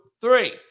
three